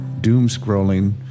doom-scrolling